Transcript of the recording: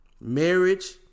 Marriage